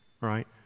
right